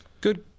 good